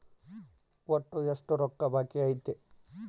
ಒಟ್ಟು ಎಷ್ಟು ರೊಕ್ಕ ಬಾಕಿ ಐತಿ?